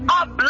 up